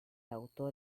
autor